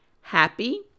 happy